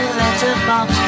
letterbox